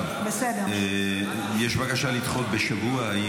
יש בקשה לדחות בשבוע.